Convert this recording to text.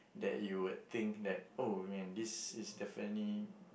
that you would think that oh man this is definitely